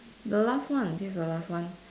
the last one this the last one